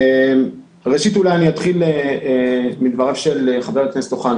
אני אתחיל מדבריו של חבר הכנסת אוחנה